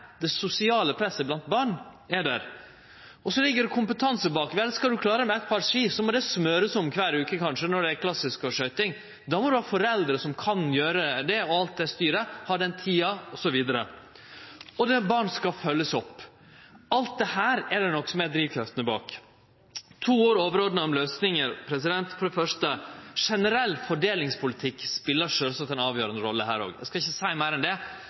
det sosiale presset blant barn, er der. Så ligg det kompetanse bak. Skal ein klare seg med eitt par ski, må det smørjast om kvar veke, kanskje, når det er klassisk, og når det er skøyting. Då må ein ha foreldre som kan gjere det, med alt det styret det inneber, som har tid til det, osv. Og det er barn som skal følgjast opp. Alt dette er det nokon som er drivkreftene bak. Nokre ord, overordna, om løysingar – for det første: Generell fordelingspolitikk spelar sjølvsagt ei avgjerande rolle her òg. Eg skal ikkje seie meir enn det.